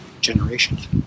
generations